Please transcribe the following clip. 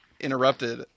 interrupted